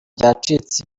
byacitse